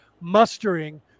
mustering